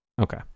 Okay